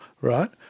right